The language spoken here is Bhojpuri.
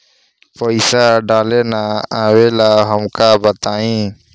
पईसा डाले ना आवेला हमका बताई?